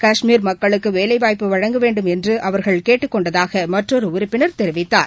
காஷ்மீர் மக்களுக்குவேலைவாய்ப்பு வழங்க வேண்டும் என்றுஅவர்கள் கேட்டுக்கொண்டதாகமற்றொருஉறுப்பினர் தெரிவித்தார்